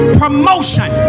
promotion